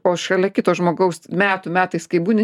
o šalia kito žmogaus metų metais kai būni